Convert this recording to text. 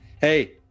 Hey